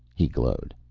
he glowed.